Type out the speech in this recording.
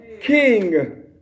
king